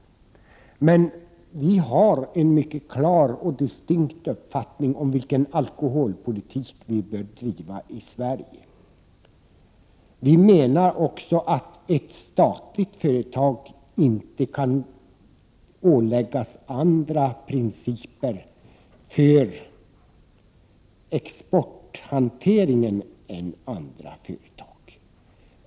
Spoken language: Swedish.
Vi i vpk har en mycket klar och distinkt uppfattning om vilken alkoholpolitik som bör bedrivas i Sverige. Vi menar också att ett statligt företag inte kan åläggas andra principer för exporthantering än vad som gäller för andra företag.